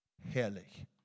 Herrlich